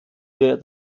wir